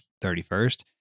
31st